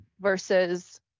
versus